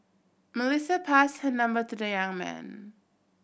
Melissa passed her number to the young man